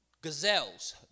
Gazelles